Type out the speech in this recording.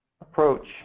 approach